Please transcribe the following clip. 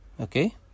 okay